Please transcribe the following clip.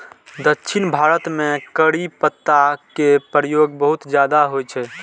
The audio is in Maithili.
दक्षिण भारत मे करी पत्ता के प्रयोग बहुत ज्यादा होइ छै